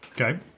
Okay